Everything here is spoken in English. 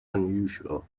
unusual